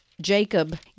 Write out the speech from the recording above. Jacob